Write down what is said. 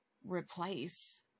replace